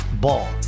Ball